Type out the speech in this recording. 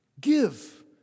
give